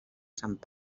sant